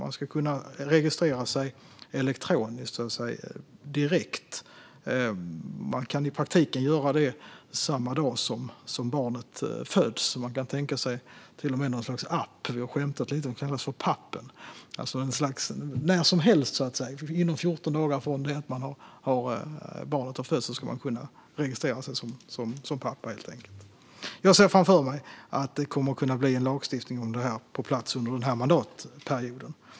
Man ska kunna registrera sig elektroniskt direkt. Man ska i praktiken kunna göra det samma dag som barnet föds. Det kan till och med tänkas ske med något slags app. Vi har skämtat lite grann om att en sådan kan kallas för pappen. Men när som helst inom 14 dagar från det att barnet har fötts ska man helt enkelt kunna registrera sig som pappa. Jag ser framför mig att en lagstiftning om detta kommer att kunna komma på plats under den här mandatperioden.